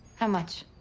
how much?